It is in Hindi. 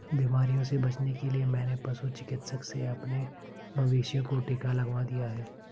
बीमारियों से बचने के लिए मैंने पशु चिकित्सक से अपने मवेशियों को टिका लगवा दिया है